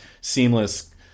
seamless